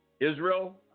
Israel